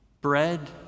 Bread